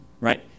right